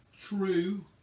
true